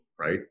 right